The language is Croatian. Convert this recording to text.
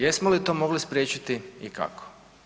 Jesmo li to mogli spriječiti i kako?